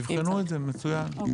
תבחנו את זה, מצוין.